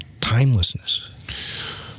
timelessness